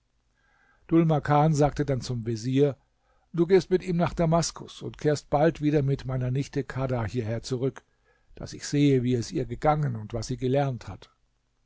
dhul makan sagte dann zum vezier du gehst mit ihm nach damaskus und kehrst bald wieder mit meiner nichte khada hierher zurück daß ich sehe wie es ihr gegangen und was sie gelernt hat